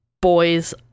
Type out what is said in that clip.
boys